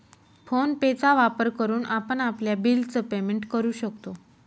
phone पे चा वापर करून आपण आपल्या बिल च पेमेंट करू शकतो